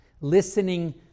Listening